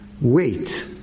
Wait